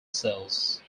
cells